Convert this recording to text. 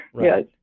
yes